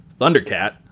Thundercat